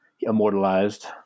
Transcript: immortalized